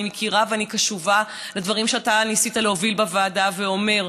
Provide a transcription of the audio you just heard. אני מכירה ואני קשובה לדברים שאתה ניסית להוביל בוועדה ואומר.